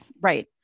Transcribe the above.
Right